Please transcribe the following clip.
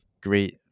great